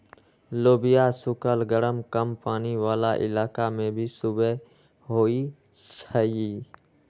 लोबिया सुखल गरम कम पानी वाला इलाका में भी खुबे होई छई